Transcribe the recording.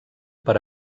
per